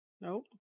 Nope